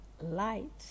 light